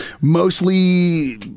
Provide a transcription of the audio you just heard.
mostly